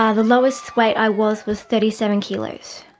ah the lowest weight i was was thirty seven kilos.